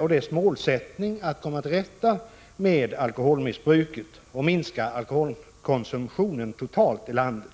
och dess målsättning att komma till rätta med alkoholmissbruket och minska alkoholkonsumtionen totalt i landet.